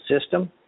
system